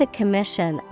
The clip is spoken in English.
Commission